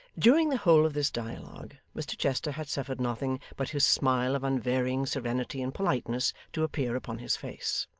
during the whole of this dialogue, mr chester had suffered nothing but his smile of unvarying serenity and politeness to appear upon his face.